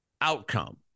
outcome